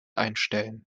einstellen